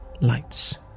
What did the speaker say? lights